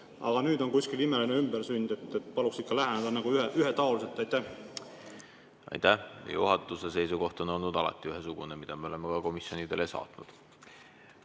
aga nüüd on kuskil [toimunud] imeline ümbersünd. Paluks ikka läheneda ühetaoliselt. Aitäh! Juhatuse seisukoht on olnud alati ühesugune, mida me oleme ka komisjonidele saatnud.